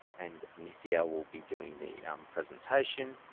and nithya will be doing the presentation